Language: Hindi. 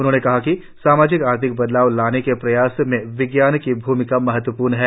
उन्होंने कहा कि सामाजिक आर्थिक बदलाव लाने के प्रयासों में विज्ञान की भूमिका महत्वपूर्ण है